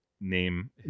name